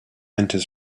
enters